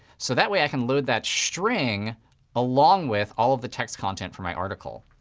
so that way, i can load that string along with all of the text content from my article.